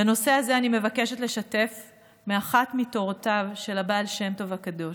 בנושא הזה אני מבקשת לשתף באחת מתורותיו של הבעל שם טוב הקדוש,